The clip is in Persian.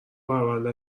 پرونده